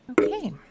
Okay